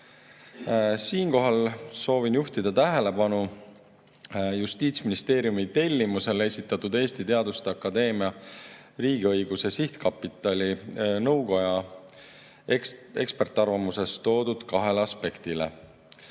soovin juhtida tähelepanu Justiitsministeeriumi tellimusel esitatud Eesti Teaduste Akadeemia riigiõiguse sihtkapitali nõukoja eksperdiarvamuses toodud kahele aspektile: